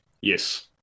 yes